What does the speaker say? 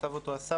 כתב אותו אסף,